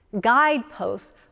guideposts